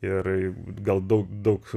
ir gal daug daug